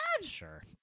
Sure